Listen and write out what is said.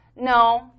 no